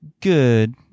good